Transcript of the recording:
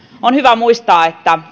on hyvä muistaa että